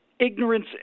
Ignorance